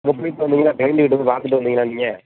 அங்கே போய் வந்தீங்கன்னால் பார்த்துட்டு வந்தீங்களா நீங்கள்